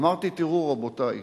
אמרתי: תראו, רבותי,